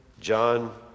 John